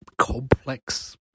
complex